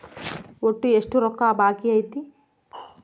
ಒಟ್ಟು ಎಷ್ಟು ರೊಕ್ಕ ಬಾಕಿ ಐತಿ?